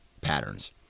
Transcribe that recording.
patterns